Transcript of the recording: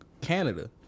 Canada